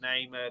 name